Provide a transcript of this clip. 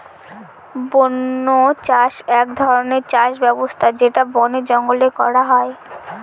বন্য চাষ এক ধরনের চাষ ব্যবস্থা যেটা বনে জঙ্গলে করা হয়